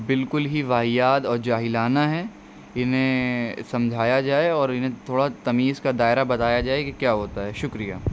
بالکل ہی واہیات اور جاہلانہ ہے انہیں سمجھایا جائے اور انہیں تھوڑا تمیز کا دائرہ بتایا جائے کہ کیا ہوتا ہے شکریہ